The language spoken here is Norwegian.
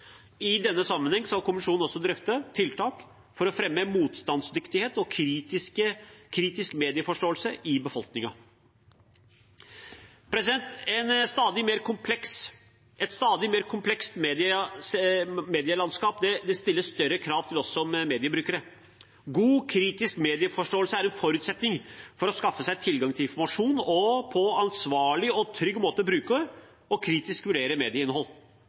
I denne sammenheng skal kommisjonen også drøfte tiltak for å fremme motstandsdyktighet og kritisk medieforståelse i befolkningen. Et stadig mer komplekst medielandskap stiller større krav til oss som mediebrukere. God kritisk medieforståelse er en forutsetning for å skaffe seg tilgang til informasjon og på en ansvarlig og trygg måte bruke og kritisk vurdere medieinnhold.